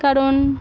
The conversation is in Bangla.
কারণ